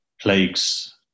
plagues